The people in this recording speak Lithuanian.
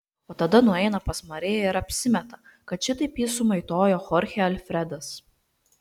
o tada nueina pas mariją ir apsimeta kad šitaip jį sumaitojo chorchė alfredas